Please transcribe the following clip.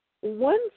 One